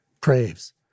craves